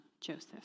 Joseph